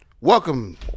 Welcome